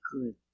good